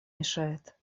мешает